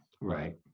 Right